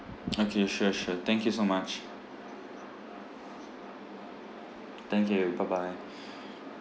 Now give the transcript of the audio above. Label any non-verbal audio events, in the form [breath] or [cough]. okay sure sure thank you so much thank you bye bye [breath]